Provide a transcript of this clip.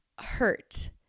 hurt